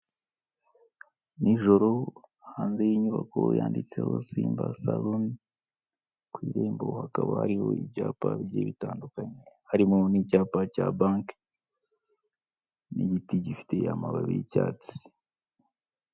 Nijoro, hanze y'inyubako yanditseho Simba saloon, ku irembo hakaba hariho ibyapa bigiye bitandukanye. Harimo n'ibyapa cya Bank n'igiti gifite amababi y'icyatsi.